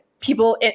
people